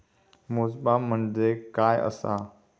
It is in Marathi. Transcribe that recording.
मोजमाप म्हणजे काय असा?